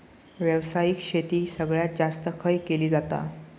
व्यावसायिक शेती सगळ्यात जास्त खय केली जाता?